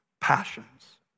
passions